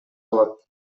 калат